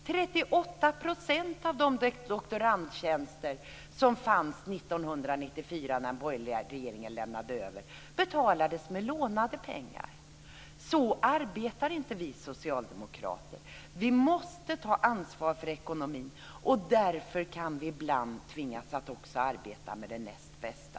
38 % av de doktorandtjänster som fanns 1994, när den borgerliga regeringen lämnade över, betalades med lånade pengar. Så arbetar inte vi socialdemokrater. Vi måste ta ansvar för ekonomin. Därför kan vi ibland tvingas att arbeta med det näst bästa.